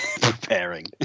preparing